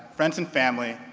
friends and family,